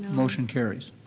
motion carries.